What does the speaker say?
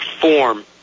form